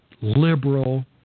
liberal